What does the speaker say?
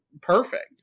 perfect